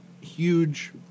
huge